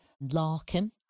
Larkin